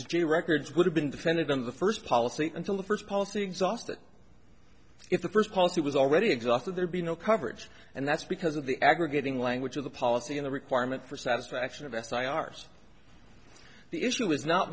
j records would have been defended in the first policy until the first policy exhausted if the first policy was already exhausted there'd be no coverage and that's because of the aggregating language of the policy in the requirement for satisfaction of s i ours the issue is not